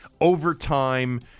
overtime